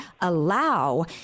allow